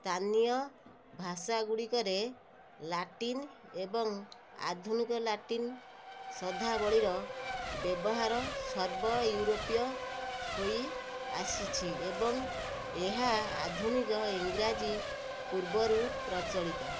ସ୍ଥାନୀୟ ଭାଷାଗୁଡ଼ିକରେ ଲାଟିନ୍ ଏବଂ ଆଧୁନିକ ଲାଟିନ୍ ଶବ୍ଦାବଳୀର ବ୍ୟବହାର ସର୍ବ ୟୁରୋପୀୟ ହେଇଆସିଛି ଏବଂ ଏହା ଆଧୁନିକ ଇଂରାଜୀ ପୂର୍ବରୁ ପ୍ରଚଳିତ